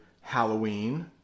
Halloween